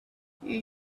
you